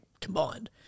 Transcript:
combined